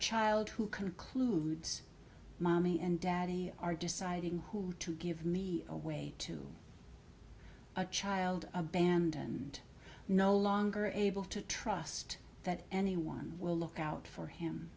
child who concludes mommy and daddy are deciding who to give me away to a child abandoned no longer able to trust that anyone will look out for him